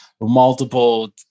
multiple